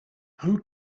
who